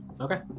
Okay